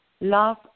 Love